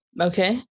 okay